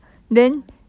yeah